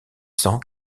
cent